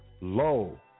low